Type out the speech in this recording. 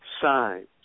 signs